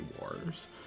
Wars